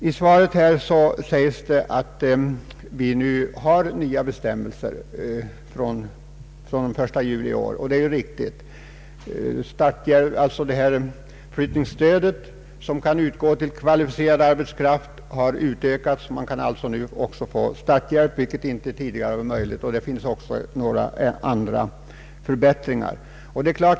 I svaret sägs det att nya bestämmelser gäller från den 1 juli i år, och det är riktigt. Flyttningsstödet till kvalificerad arbetskraft har ökat. Numera kan starthjälp utgå, vilket tidigare inte var möjligt, och även andra förbättringar har åstadkommits.